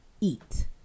eat